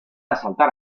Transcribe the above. asaltar